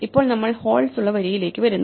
ഇപ്പോൾ നമ്മൾ ഹോൾസ് ഉള്ള വരിയിലേക്ക് വരുന്നു